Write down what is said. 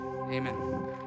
Amen